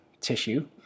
tissue